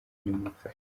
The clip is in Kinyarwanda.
nimumfashe